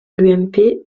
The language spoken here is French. l’ump